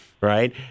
right